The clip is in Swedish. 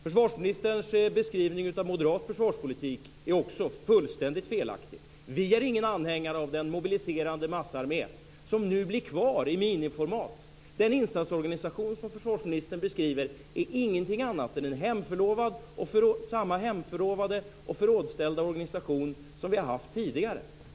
Försvarsministerns beskrivning av moderat försvarspolitik är också fullständigt felaktig. Vi är inte anhängare av den mobiliserande massarmé som nu blir kvar i miniformat. Den insatsorganisation som försvarsministern beskriver är ingenting annat än samma hemförlovade och förrådsställda organisation som vi har haft tidigare.